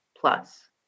plus